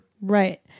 right